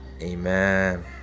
amen